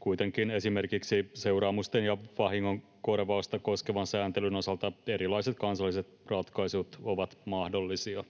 Kuitenkin esimerkiksi seuraamusten ja vahingonkorvausta koskevan sääntelyn osalta erilaiset kansalliset ratkaisut ovat mahdollisia.